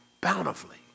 bountifully